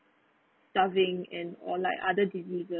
starving and or like other diseases